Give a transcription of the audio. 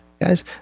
guys